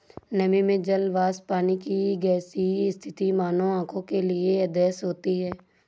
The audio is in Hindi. नमी में जल वाष्प पानी की गैसीय स्थिति मानव आंखों के लिए अदृश्य होती है